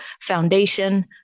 Foundation